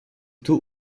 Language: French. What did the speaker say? taux